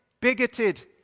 bigoted